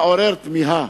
מעורר תמיהה.